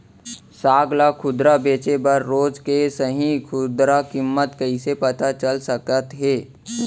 साग ला खुदरा बेचे बर रोज के सही खुदरा किम्मत कइसे पता चल सकत हे?